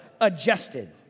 adjusted